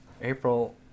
April